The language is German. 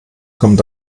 kommt